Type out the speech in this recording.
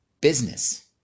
business